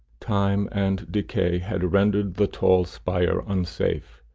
time and decay had rendered the tall spire unsafe,